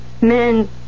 men